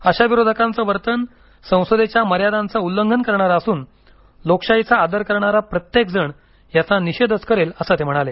अशा विरोधकांचं वर्तन संसदेच्या मर्यादांचं उल्लंघन करणारं असून लोकशाहीचा आदर करणारा प्रत्येक जण याचा निषेधच करेल असं ते म्हणाले